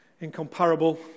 incomparable